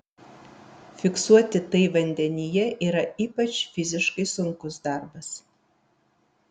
fiksuoti tai vandenyje yra ypač fiziškai sunkus darbas